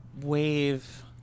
wave